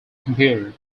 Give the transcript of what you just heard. computer